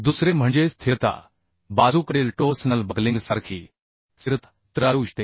दुसरे म्हणजे स्थिरता बाजूकडील टोर्सनल बकलिंगसारखी स्थिरता चित्रात येऊ शकते